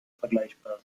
vergleichbar